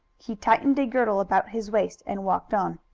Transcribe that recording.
he tightened a girdle about his waist and walked on.